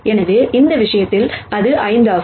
எனவே இந்த விஷயத்தில் அது 5 ஆகும்